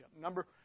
Number